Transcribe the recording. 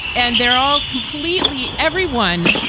and they're all completely everyone,